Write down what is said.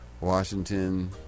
Washington